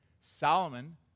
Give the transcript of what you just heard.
Solomon